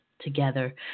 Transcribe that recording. together